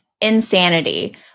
insanity